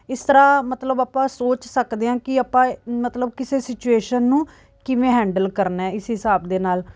ਇਸ ਤਰ੍ਹਾਂ ਮਤਲਬ ਆਪਾਂ ਸੋਚ ਸਕਦੇ ਹਾਂ ਕਿ ਆਪਾਂ ਮਤਲਬ ਕਿਸੇ ਸਿਚੂਏਸ਼ਨ ਨੂੰ ਕਿਵੇਂ ਹੈਂਡਲ ਕਰਨਾ ਇਸ ਹਿਸਾਬ ਦੇ ਨਾਲ